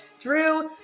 Drew